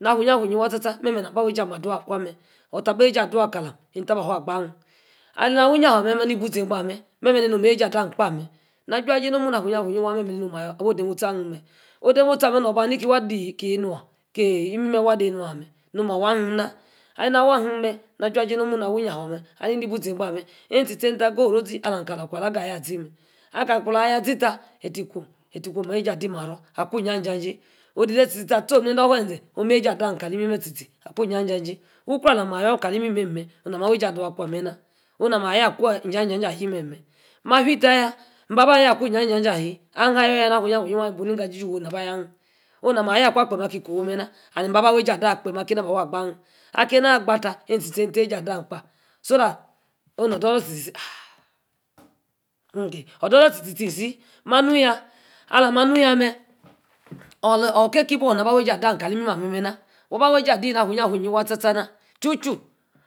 Na awi iyi-yi, waan tsa-tsa, memeh nam, abi wey-jie ameh ador ah akwa mem, ota ba awey jie adua kalem, eta-ba afu, aba meh, aleni awi-iyanfe memeh ne-ni, ibu, zeba mem, memeh neni, oh me-ejie adam kpa mem, aju-ejie nomu- mu afunyi afunyi waa, meme neni awa, odomosti ahem meh odomost ameh, kie imimem waa de-enua, mem no ma wan aheen na, alena awa-aheem mem ajua-jie nomu na, awi-iyanfe, alena, bu zen-ba mem. ene-tie-tie, eta agoro-zi, mkalor, ikwo alah gah ayor, asi mem, akam lor, ayor-azi-ta efa kwom, Awey- ejie adi-maru, akwa, ija-ja-jie, odide tie-tie atsor nede, owe-zee, oh main ejie, adom kali, imimeme, ene-tie-tie, akwa, ija-ja-jie, ukro ala mi, ayor, kali imimem meh oh na ma awey, ejie adua, kpem mena, oh na aya akwa ija-jie aheen, mem ma-fi tie yaa mba, ba ayor, akwa, ija-ja-jie, ayeeh m-ayor, wuyi na, ba ayor aheen, oh nami aya-akwa kpem, aki ko-huu mena, ami mba-ba awey- ijie adua kpem, akeni-aba awu, agbah aheen, akena agba-ta eni-tie awey ejie, adam akpa, so that oh nor odor-doi tie, tie isi, manu yaa, alah manu yaa meh awor, ke-ke, bu na ba awey ejie, ai-mimem, ameh mena waba, awey ejie adi, na- awi- awi waah tsa-tsa-na chu chu